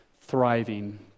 thriving